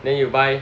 then you buy